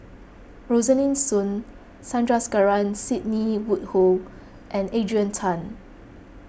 Rosaline Soon Sandrasegaran Sidney Woodhull and Adrian Tan